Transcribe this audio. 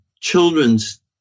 children's